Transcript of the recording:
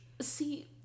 See